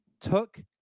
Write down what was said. took